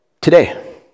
today